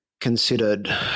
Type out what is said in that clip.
considered